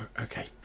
Okay